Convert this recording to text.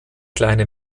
kleine